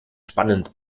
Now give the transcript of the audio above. spannend